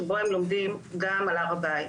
שבו הם לומדים גם על הר הבית.